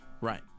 Right